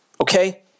Okay